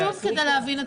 זה חשוב כדי להבין את